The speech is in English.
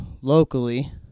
locally